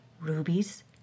rubies